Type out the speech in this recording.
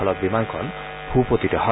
ফলত বিমানখন ভূপতিত হয়